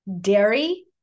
dairy